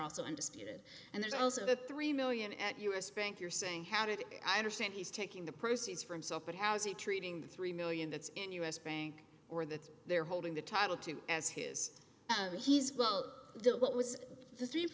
also undisputed and there's also the three million at u s bank you're saying how did i understand he's taking the proceeds from self but how is he treating the three million that's in us bank or that they're holding the title to as his he's well the what was the